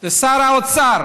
שר האוצר